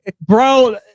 bro